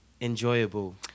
enjoyable